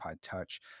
Touch